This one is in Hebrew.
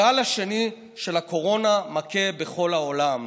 הגל השני של הקורונה מכה בכל העולם.